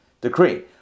decree